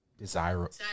desirable